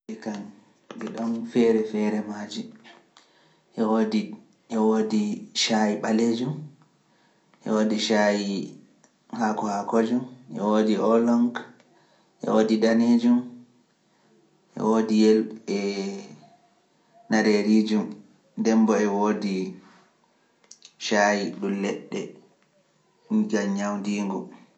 Ɗi kaan, ɗi ɗon feere feere maaji, e woodi shayi ɓaleejum, e woodi haako haakojo, e woodi e woodi daneejam, e woodi nyebbe nyebbejum, nden mbo e woodi shayi ɗum leɗɗe ngan ñawdiingo.